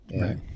Right